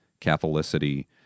Catholicity